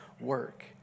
work